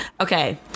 Okay